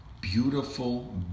beautiful